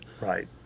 Right